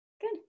Good